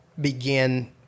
begin